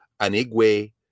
Anigwe